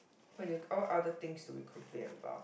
what do you all other things do we complain about